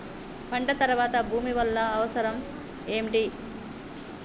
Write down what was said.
పంట తర్వాత భూమి వల్ల అవసరం ఏమిటి?